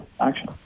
action